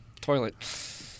toilet